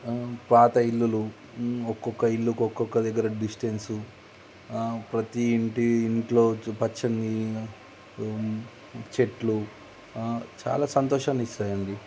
పాత ఇల్లులు ఒక్కొక్క ఇల్లుకు ఒక్కొక్క దగ్గర డిస్టెన్సు ప్రతి ఇంటి ఇంట్లో పచ్చని చెట్లు చాలా సంతోషాన్ని ఇస్తాయండి